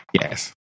Yes